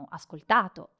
ascoltato